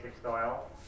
style